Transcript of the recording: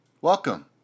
Welcome